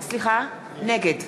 נגד